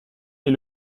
est